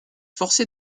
forcé